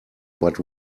but